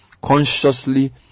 consciously